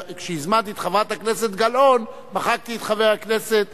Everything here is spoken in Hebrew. כשהזמנתי את חברת הכנסת גלאון, מחקתי את חבר הכנסת